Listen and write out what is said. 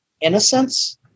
innocence